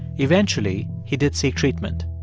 eventually, he did seek treatment,